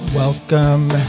Welcome